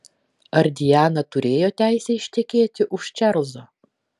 ar diana turėjo teisę ištekėti už čarlzo